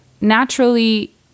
naturally